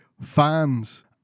fans